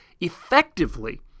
effectively